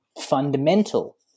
fundamental